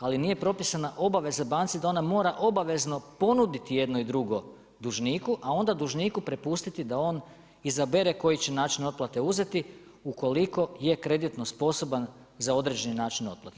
Ali nije propisana obaveza banci da ona mora obavezno ponuditi i jedno i drugo dužniku, a onda dužniku prepustiti da on izabere koji će način otplate uzeti ukoliko je kreditno sposoban za određeni način otplate.